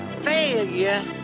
failure